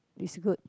is good